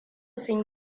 sun